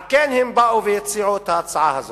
על כן הם באו והציעו את ההצעה הזאת.